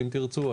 אם תרצו,